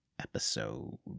episode